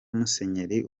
musenyeri